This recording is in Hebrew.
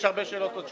ההתיישבות הצעירה,